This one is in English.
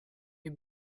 you